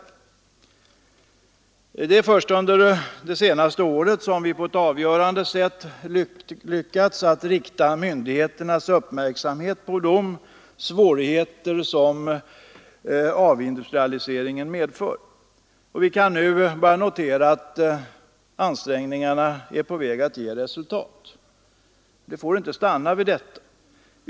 Det är först under det senaste året som vi på ett avgörande sätt lyckats att rikta myndigheternas uppmärksamhet på de svårigheter som avindustrialiseringen medför. Vi kan nu börja notera att ansträngningarna är på väg att ge resultat. Men det får inte stanna vid detta.